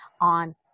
on